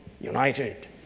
united